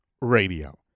radio